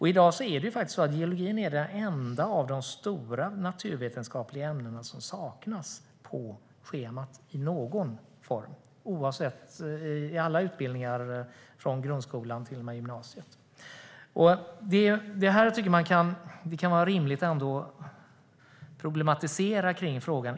I dag är geologi det enda av de stora naturvetenskapliga ämnena som saknas på schemat i någon form i alla utbildningar från grundskolan till och med gymnasiet. Låt mig problematisera frågan.